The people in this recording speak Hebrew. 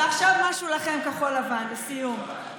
ועכשיו משהו לכם, כחול לבן, לסיום.